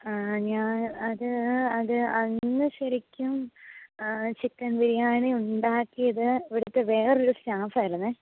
ഞാന് അത് അത് അന്ന് ശെരിക്കും ചിക്കൻ ബിരിയാണി ഉണ്ടാക്കിയത് ഇവിടുത്തെ വേറൊരു സ്റ്റാഫായിരുന്നേ